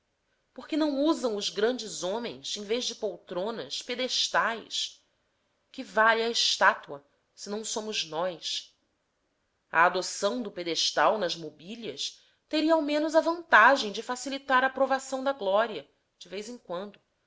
por que não usam os grandes homens em vez de poltronas pedestais que vale a estátua se não somos nós a adoção do pedestal nas mobílias teria ao menos a vantagem de facilitar a provação da glória de vez em quando